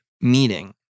meeting